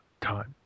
time